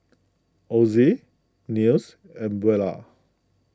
Ozie Nils and Buelah